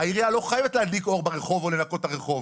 העירייה לא חייבת להדליק אור ברחוב או לנקות את הרחוב.